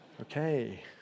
Okay